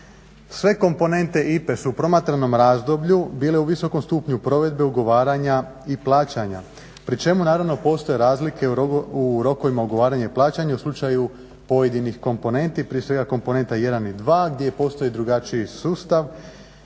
Sve komponente IPA-e su u promatranom razdoblju bile u visokom stupnju provedbe ugovaranja i plaćanja pri čemu postoje razlike u rokovima plaćanja i ugovaranja u slučaju pojedinih komponenti prije svega komponenta 1 i 2 gdje postoji drugačiji sustav.